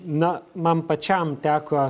na man pačiam teko